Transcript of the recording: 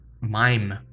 mime